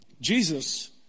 Jesus